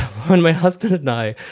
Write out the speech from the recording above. ah and my husband and i,